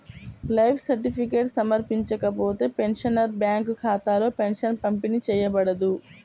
life certificate సమర్పించకపోతే, pensioner bank ఖాతాలో pension పంపిణీ చేయబడదు